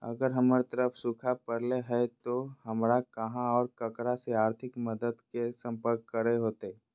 अगर हमर तरफ सुखा परले है तो, हमरा कहा और ककरा से आर्थिक मदद के लिए सम्पर्क करे होतय?